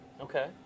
Okay